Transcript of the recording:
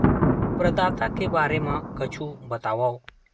प्रदाता के बारे मा कुछु बतावव?